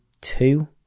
two